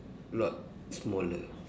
lot smaller